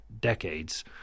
decades